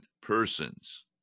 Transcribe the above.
persons